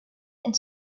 and